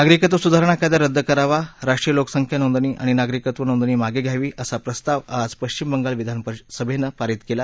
नागरिकत्व सुधारणा कायदा रद्द करावा राष्ट्रीय लोकसंख्या नोंदणी आणि नागरिकत्व नोंदणी मागे घ्यावी असा प्रस्ताव आज पश्चिम बंगाल विधानसभेनं पारित केला